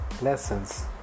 lessons